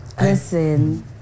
Listen